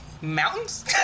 mountains